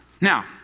Now